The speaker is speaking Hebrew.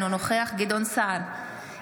אינו נוכח גדעון סער,